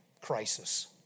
crisis